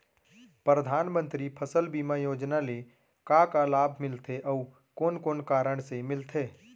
परधानमंतरी फसल बीमा योजना ले का का लाभ मिलथे अऊ कोन कोन कारण से मिलथे?